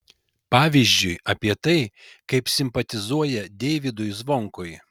pavyzdžiui apie tai kaip simpatizuoja deivydui zvonkui